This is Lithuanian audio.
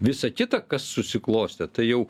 visa kita kas susiklostė tai jau